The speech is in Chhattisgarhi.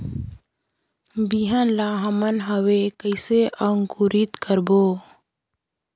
बिहान ला हमन हवे कइसे अंकुरित करबो?